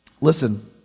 Listen